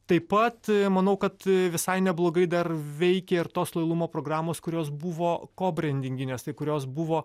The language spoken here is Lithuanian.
taip pat manau kad visai neblogai dar veikė ir tos lojalumo programos kurios buvo kobrendinginės kurios buvo